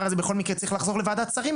הזה בכל מקרה צריך לחזור לוועדת שרים,